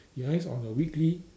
you analyse on a weekly